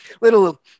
little